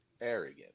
arrogant